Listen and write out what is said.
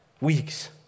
weeks